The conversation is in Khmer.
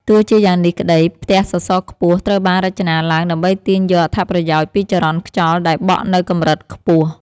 ទោះជាយ៉ាងនេះក្ដី ផ្ទះសសរខ្ពស់ត្រូវបានរចនាឡើងដើម្បីទាញយកអត្ថប្រយោជន៍ពីចរន្តខ្យល់ដែលបក់នៅកម្រិតខ្ពស់